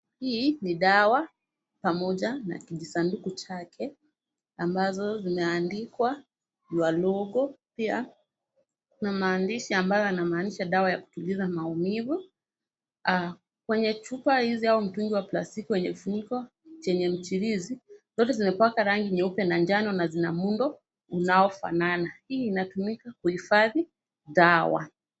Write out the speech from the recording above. Hii ni dawa pamoja na kijisanduku chake, ambazo zimeandikwa your logo pia kuna maandishi ambayo yanamaanisha dawa ya kutuliza maumivu. Kwenye chupa hizi au mtungi wa plastiki wenye ufuniko chenye michirizi. Zote zimepakwa rangi nyeupe na njano na zina muundo unaofanana. Hii inatumika kuhifadhi dawa.